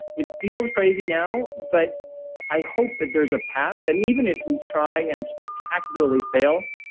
it feels crazy now, but i hope that there's a path. and even if we try and spectacularly fail,